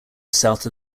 south